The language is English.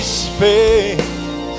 space